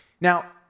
Now